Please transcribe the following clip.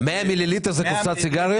100 מיליליטר זה קופסת סיגריות?